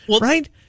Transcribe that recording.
right